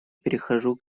перехожу